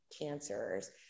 cancers